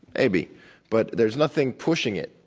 maybe. but there's nothing pushing it.